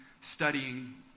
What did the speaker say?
studying